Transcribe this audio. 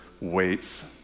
waits